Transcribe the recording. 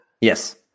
Yes